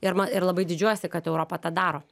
ir ma ir labai didžiuojuosi kad europa tą daro